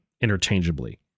interchangeably